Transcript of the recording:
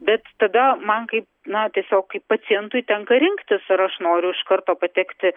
bet tada man kaip na tiesiog kaip pacientui tenka rinktis ar aš noriu iš karto patekti